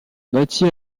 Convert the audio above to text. bâti